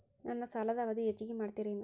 ನನ್ನ ಸಾಲದ ಅವಧಿ ಹೆಚ್ಚಿಗೆ ಮಾಡ್ತಿರೇನು?